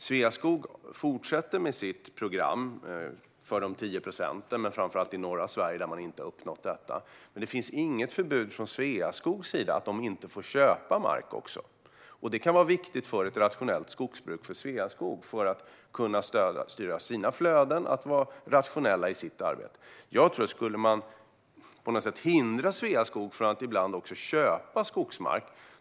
Sveaskog fortsätter med sitt program för de 10 procenten, men framför allt i norra Sverige där man inte har uppnått detta. Men det finns inget förbud för Sveaskog som säger att de inte får köpa mark också. Det kan vara viktigt för att Sveaskog ska kunna bedriva ett rationellt skogsbruk och kunna styra sina flöden. Jag tror att det skulle påverka landsbygden om man skulle hindra Sveaskog från att ibland också köpa skogsmark.